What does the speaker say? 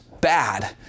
bad